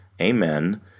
Amen